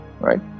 right